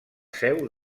seu